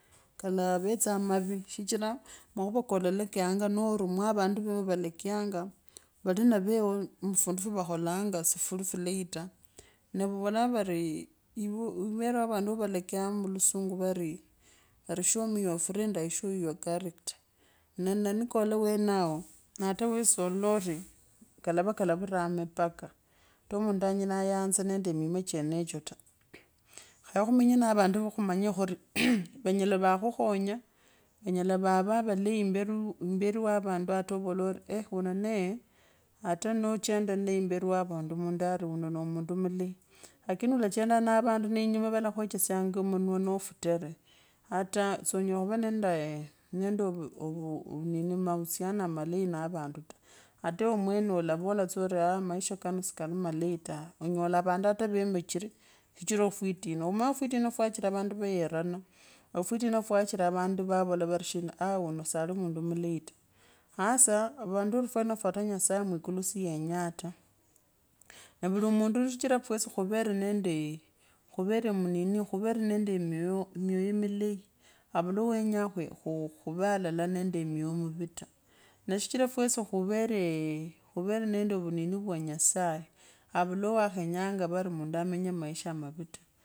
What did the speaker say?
Kalavetsanga mavi shichira makhuva koolalakayenga ari mwa vandu vewaw valakayonga valina veeuwo mufundu fwa vakholanga si fuleni ta nee vavolaa varii yiivereo ya vandu vasungaa mukusungu “show me your friend and i show you your character” ne nee nikoola uwenao naa ata wasi soo lola ori kalava kavima mpaka ata mundu anyala yayenza ne mirua chenecho ta khaye khumenye na vandu kha khumanye khuri vanyela va khukhonya vanyela vavaa vulia imberi wa vandu ata novola uri wuuno ne ata nochonda nnaye imberi wa vandi ata novola no mundu mulai lakini ulachondaa na vandu mundi ari wauro no mundu mulai lakini ulachendaa na vandu nee inumaa vala kwechesyonya munwa na otaa nochonda nnaye imberi ovu inini amahusiano matei na vandu ta hata yiwe omwene olavola tsa uri maisha kano si kali malei twe onyola ata vandu veemuchire shichira fwitina omanye fwitina fwa chira vandu vayeerana ofwitina fwa chira vandu vawla veri shina aah uono sali mundu mulei ta hasa vandu ori fwanofo ata nyasaye mwikulu siyenyaa ta nee vulimunelu shichira fwesi khuvere nandee khuvere munini khuvere nende emyoyo mulei avulaowenyaa ooh khuvaa kalala na omyoyo mivi ta nee shichira fwesi khweree nende vunini vwa nyasaye olulao wenyanga mundu amenye maisha mawita.